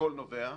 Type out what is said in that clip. הכול נובע,